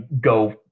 go